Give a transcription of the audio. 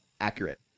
Accurate